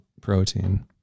protein